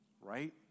right